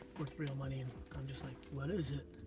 worth real money and like, what is it?